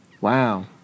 Wow